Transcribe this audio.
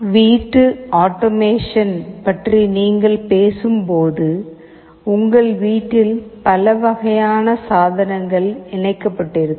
வீட்டு ஆட்டோமேஷன் பற்றி நீங்கள் பேசும்போது உங்கள் வீட்டில் பல வகையான சாதனங்கள் இணைக்கப்பட்டிருக்கும்